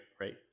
right